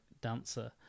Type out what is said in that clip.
dancer